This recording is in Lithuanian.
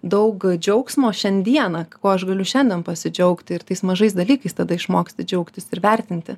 daug džiaugsmo šiandieną kuo aš galiu šiandien pasidžiaugti ir tais mažais dalykais tada išmoksti džiaugtis ir vertinti